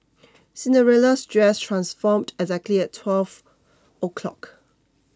Cinderella's dress transformed exactly at twelve o'clock